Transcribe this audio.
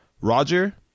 Roger